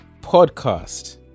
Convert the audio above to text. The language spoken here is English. podcast